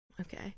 Okay